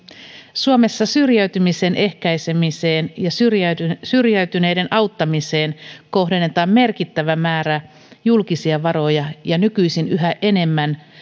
suomessa syrjäytymisen ehkäisemiseen ja syrjäytyneiden auttamiseen kohdennetaan merkittävä määrä julkisia varoja ja nykyisin yhä enemmän